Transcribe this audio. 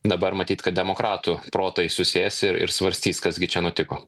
dabar matyt kad demokratų protai susės ir ir svarstys kas gi čia nutiko